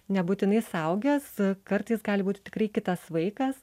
nebūtinai suaugęs kartais gali būti tikrai kitas vaikas